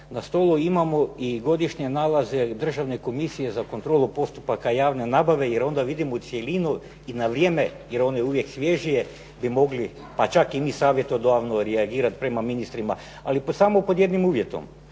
na stolu imamo i godišnje nalaze Državne komisije za kontrolu postupaka javne nabave jer onda vidimo cjelinu i na vrijeme, jer ono je uvijek svježije bi mogli pa čak i mi savjetodavno reagirati prema ministrima ali samo pod jednim uvjetom,